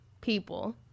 people